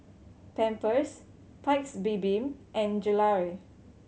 Pampers Paik's Bibim and Gelare